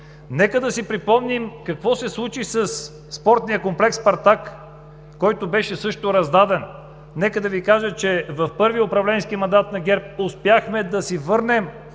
Нека да си спомним какво се случи със Спортния комплекс „Спартак“, който също беше раздаден. Ще кажа, че в първия управленски мандат на ГЕРБ успяхме да си върнем